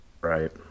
Right